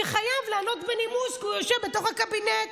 שחייב לענות בנימוס, כי הוא יושב בתוך הקבינט.